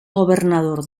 gobernador